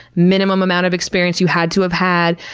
minimum amount of experience you had to have had.